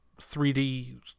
3D